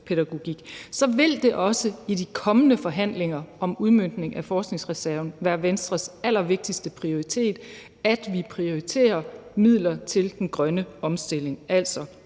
– at det også i de kommende forhandlinger om udmøntningen af forskningsreserven vil være Venstres allervigtigste prioritet, at vi prioriterer midler til den grønne omstilling, altså